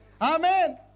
Amen